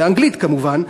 באנגלית כמובן,